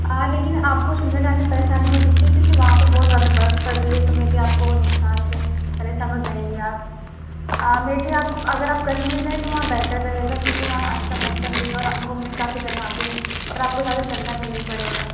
ہاں لیکن آپ کو شملہ جانے میں پریشانی ہو سکتی ہے کیونکہ وہاں پر بہت زیادہ برف پڑھ رہی ہے تو مے بی آپ کو وہ نقصان دے پریشان ہو جائیں گی آپ مے بی آپ کو اگر آپ کشمیر جائیں تو وہاں بیٹر رہے گا کیونکہ وہاں اچھا موسم بھی ہے اور گھومنے کافی جگہ بھی ہے اور آپ کو زیادہ چلنا بھی نہیں پڑے گا